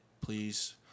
please